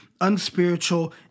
unspiritual